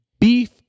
beef